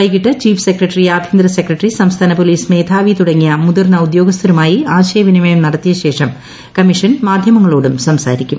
വൈകിട്ട് chief secretary ആഭ്യന്തര secretary സംസ്ഥാന പോലീസ് മേധാവി തുടങ്ങിയ മുതിർന്ന ഉദ്യോഗസ്ഥരുമായി ആശയവിനിമയം നടത്തിയശേഷം കമ്മീഷൻ മാധ്യമങ്ങളോടും സംസാരിക്കും